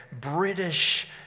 British